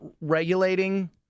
regulating